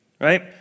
right